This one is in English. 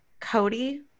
Cody